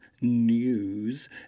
news